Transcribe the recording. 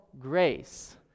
grace